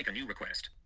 ah new request.